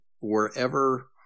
wherever